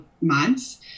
months